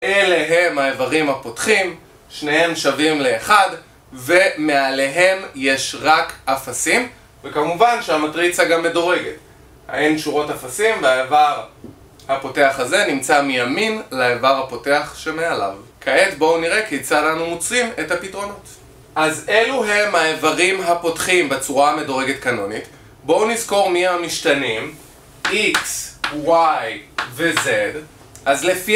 אלה הם האיברים הפותחים, שניהם שווים לאחד, ומעליהם יש רק אפסים, וכמובן שהמטריצה גם מדורגת, אין שורות אפסים, והאיבר הפותח הזה נמצא מימין לאיבר הפותח שמעליו. כעת בואו נראה כיצד אנו מוצאים את הפתרונות. אז אלו הם האיברים הפותחים בצורה המדורגת קנונית. בואו נזכור מי המשתנים, X, Y ו-Z. אז לפי...